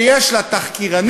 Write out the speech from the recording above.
שיש לה תחקירנים,